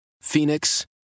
Phoenix